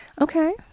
okay